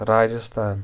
Rajasthan